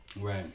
Right